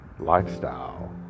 lifestyle